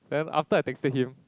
then after I texted him